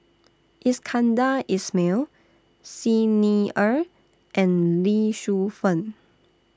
Iskandar Ismail Xi Ni Er and Lee Shu Fen